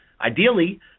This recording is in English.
ideally